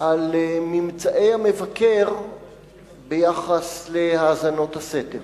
על ממצאי המבקר ביחס להאזנות הסתר.